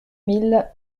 mille